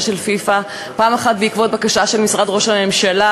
של פיפ"א: פעם אחת בעקבות בקשה של משרד ראש הממשלה,